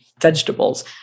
vegetables